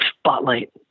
spotlight